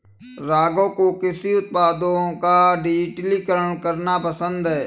राघव को कृषि उत्पादों का डिजिटलीकरण करना पसंद है